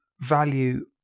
value